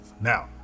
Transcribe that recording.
Now